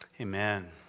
amen